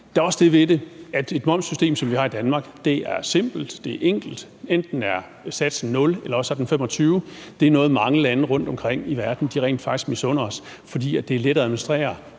Der er også det ved det, at et momssystem, som vi har i Danmark, er simpelt, og det er enkelt. Enten er satsen nul, eller også er den 25 pct. Det er noget, som mange lande rundtomkring i verden rent faktisk misunder os, fordi det er let at administrere,